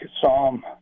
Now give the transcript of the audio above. psalm